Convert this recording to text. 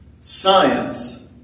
Science